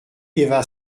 eva